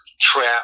trap